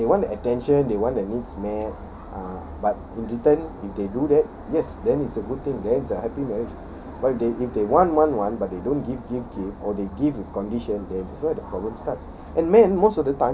ya but they want the attention they want their needs met ah but in return if they do that yes then it's a good thing then it's a happy marriage but if they if they want want want but they don't give give give or they give with condition then that's why the problem starts